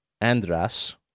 andras